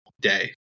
day